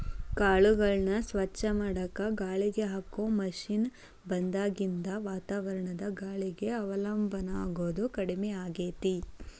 ಕಾಳುಗಳನ್ನ ಸ್ವಚ್ಛ ಮಾಡಾಕ ಗಾಳಿಗೆ ಹಾಕೋ ಮಷೇನ್ ಬಂದಾಗಿನಿಂದ ವಾತಾವರಣದ ಗಾಳಿಗೆ ಅವಲಂಬನ ಆಗೋದು ಕಡಿಮೆ ಆಗೇತಿ